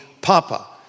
papa